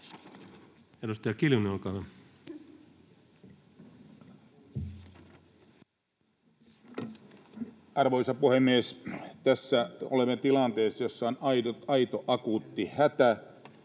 Edustaja Kiljunen, olkaa hyvä. Arvoisa puhemies! Tässä olemme tilanteessa, jossa on aito akuutti hätä